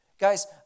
Guys